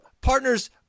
partners